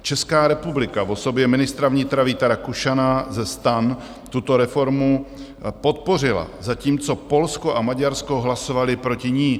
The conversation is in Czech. Česká republika v osobě ministra vnitra Víta Rakušana ze STAN tuto reformu podpořila, zatímco Polsko a Maďarsko hlasovaly proti ní.